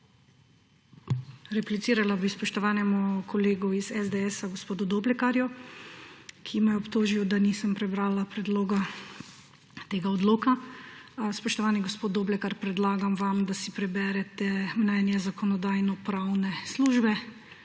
Replicirala bi spoštovanemu kolegu iz SDS gospodu Doblekarju, ki me je obtožil, da nisem prebrala predloga tega odloka. Spoštovani gospod Doblekar, predlagam vam, da si preberete mnenje Zakonodajno-pravne službe,